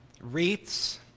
wreaths